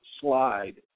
slide